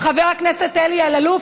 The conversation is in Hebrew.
חבר הכנסת אלי אלאלוף,